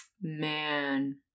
Man